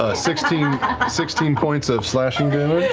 ah sixteen and sixteen points of slashing